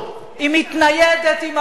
היא מתניידת עם הרוח,